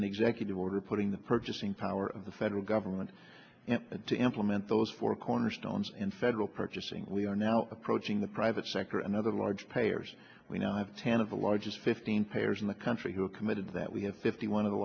an executive order putting the purchasing power of the federal government to implement those four cornerstones in federal purchasing we are now approaching the private sector and other large payers we now have ten of the largest fifteen payers in the country who are committed that we have fifty one of the